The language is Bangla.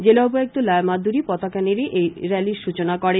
জেলা উপায়ুক্ত লায়া মাদ্দুরী পতাকা নেড়ে এই র্যালীর সূচনা করেন